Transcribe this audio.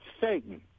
Satan